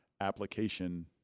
application